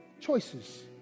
Choices